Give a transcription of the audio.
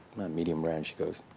medium rare. and she goes,